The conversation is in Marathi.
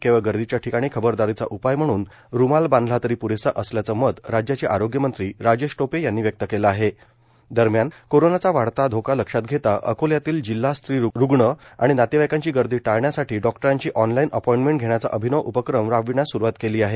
केवळ गर्दीच्या ठिकाणी खबरदारीचा उपाय म्हणून रुमाल बांधला तरी प्रेसा असल्याचे मत राज्याचे आरोग्यमंत्री राजेश टोपे यांनी व्यक्त केलं आहे दरम्यान कोरोनाचा वाढता धोका लक्षात घेता अकोल्यातील जिल्हा स्त्री रुग्णालयाने रुग्ण आणि नातेवाईकांची गर्दी टाळण्यासाठी डॉक्टरांची ऑनलाईन अपॉईंटमेंट धेण्याचा अभिनव उपक्रम राबविण्यास सुरुवात केली आहे